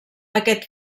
aquest